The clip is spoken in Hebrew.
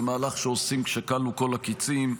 זה מהלך שעושים כשכלו כל הקצין,